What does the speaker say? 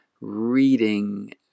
reading